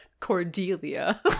Cordelia